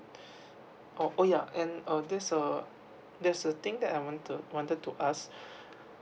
oh oh yeah and this err this a thing that I want to wanted to ask